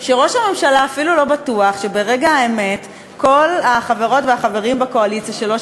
שראש הממשלה אפילו לא בטוח שברגע האמת כל החברות והחברים בקואליציה שלו,